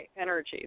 energy